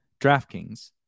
DraftKings